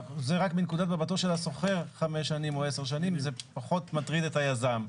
זה רק מנקודת מבטו של השוכר זה פחות מטריד את היזם.